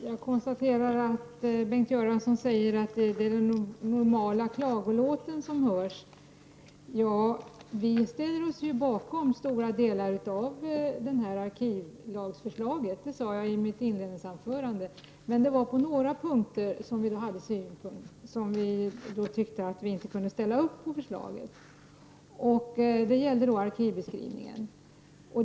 Fru talman! Bengt Göransson sade att det är den vanliga klagolåten som hörs. Jag sade ju i mitt inledningsanförande att vi ställer oss bakom stora delar av det här arkivlagsförslaget. Men det är några punkter som vi anser att vi inte kan ställa oss bakom, främst detta med arkivbeskrivningen.